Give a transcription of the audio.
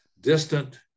distant